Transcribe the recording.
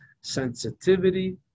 sensitivity